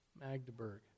Magdeburg